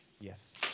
Yes